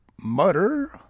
mutter